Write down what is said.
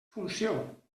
funció